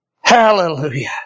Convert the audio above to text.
Hallelujah